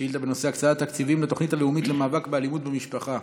שאילתה בנושא: הקצאת תקציבים לתוכנית הלאומית למאבק באלימות במשפחה.